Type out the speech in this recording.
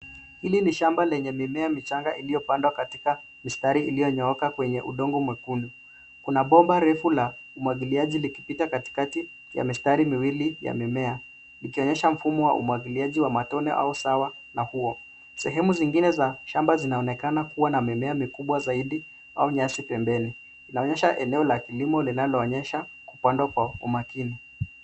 Hili ni shamba lenye mimea michanga iliopandwa katika mistari iliyonyooka kwenye udongo mwekundu. Kuna bomba refu la umwagiiliaji likipita katikati ya mistari miwili ya mimea, ikionyesha mfumo wa umwagilaji wa matone au sawa na huo. Sehemu zingine za shamba zinaonekana kuwa na mimea mikubwa zaidi au nyasi pembeni. Inaonyesha eneo la kilimo linaloonyesha kupandwa kwa umakini.